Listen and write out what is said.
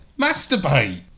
masturbate